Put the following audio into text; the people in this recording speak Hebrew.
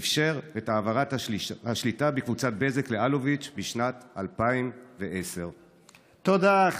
שאפשר את העברת השליטה בקבוצת בזק לאלוביץ' בשנת 2010". תודה,